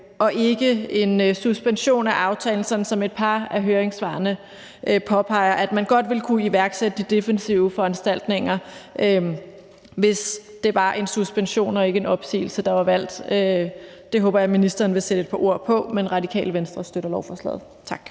og ikke en suspension af aftalen, for som et par af høringssvarene påpeger, ville man godt kunne iværksætte de defensive foranstaltninger, hvis det var en suspension og ikke en opsigelse, der var valgt. Det håber jeg ministeren vil sætte et par ord på. Men Radikale Venstre støtter lovforslaget. Tak.